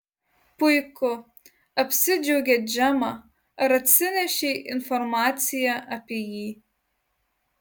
puiku apsidžiaugė džemą ar atsinešei informaciją apie jį